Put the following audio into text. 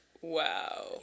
wow